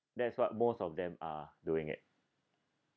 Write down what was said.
that's what most of them are doing it